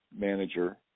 manager